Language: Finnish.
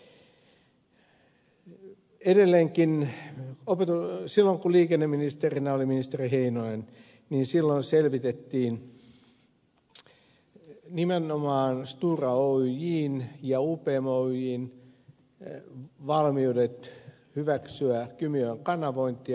edelleenkin silloin kun liikenneministerinä oli ministeri heinonen selvitettiin nimenomaan storan ja upmn valmiudet hyväksyä kymijoen kanavointia